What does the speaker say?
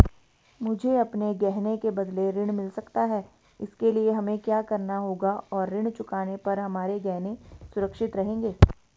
मुझे अपने गहने के बदलें ऋण मिल सकता है इसके लिए हमें क्या करना होगा और ऋण चुकाने पर हमारे गहने सुरक्षित रहेंगे?